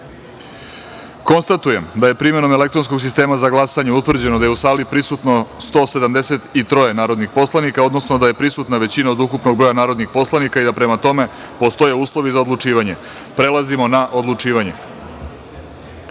glasanje. Konstatujem da je, primenom elektronskog sistema za glasanje, utvrđeno da je u sali prisutno 173 narodnih poslanika, odnosno da je prisutna većina od ukupnog broja narodnih poslanika i da prema tome postoje uslovi za odlučivanje. Prelazimo na odlučivanje. Prvo